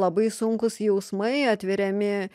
labai sunkūs jausmai atveriami